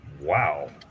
Wow